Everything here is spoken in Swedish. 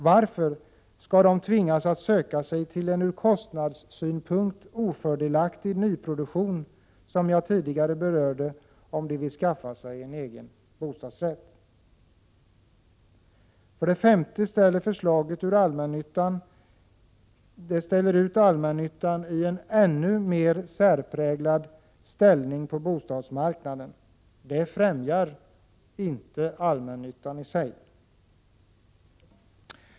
Varför skall de tvingas söka sig till en ur kostnadssynpunkt ofördelaktig nyproduktion, som jag tidigare berörde, om de vill skaffa sig en bostadsrätt? För det femte ger förslaget allmännyttan en ännu mer särpräglad ställning på bostadsmarknaden. Det främjar inte allmännyttan.